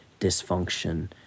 dysfunction